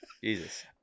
Jesus